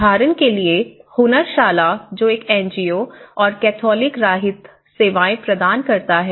उदाहरण के लिए हुनरशला जो एक एनजीओ और कैथोलिक राहत सेवाएँ प्रदान करता है